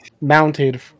mounted